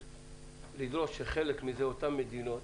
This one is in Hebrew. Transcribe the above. לדרוש שחלק מזה אותן מדינות